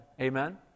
Amen